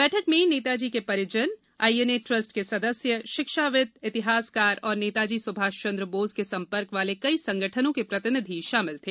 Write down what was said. बैठक में नेताजी के परिजन आईएनए ट्रस्ट के सदस्य शिक्षाविद इतिहासकार और नेताजी सुभाष चंद्र बोस के संपर्क वाले कई संगठनों के प्रतिनिधि शामिल थे